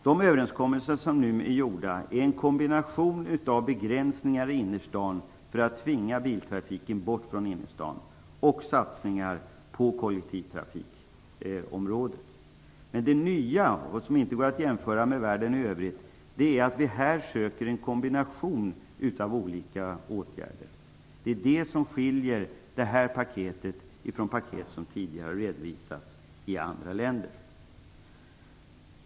De överenskommelser som är träffade är en kombination av begränsningar i innerstaden för att tvinga biltrafiken bort från innerstaden och satsningar på kollektivtrafikområdet. Men det nya, som inte går att jämföra med världen i övrigt, är att vi här söker en kombination av olika åtgärder. Det är det som skiljer det här paketet från paket som tidigare redovisats i andra länder.